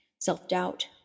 self-doubt